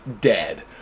dead